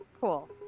Cool